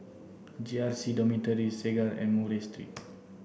J R C Dormitory Segar and Murray Street